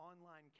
online